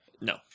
No